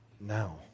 now